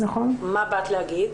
באת להגיד?